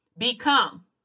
Become